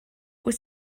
wyt